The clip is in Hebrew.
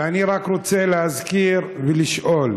אני רק רוצה להזכיר ולשאול,